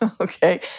Okay